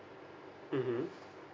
mmhmm